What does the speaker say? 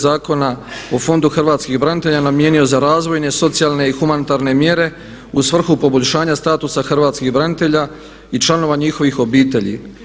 Zakona o Fondu hrvatskih branitelja namijenio za razvojne, socijalne i humanitarne mjere u svrhu poboljšanja statusa hrvatskih branitelja i članova njihovih obitelji.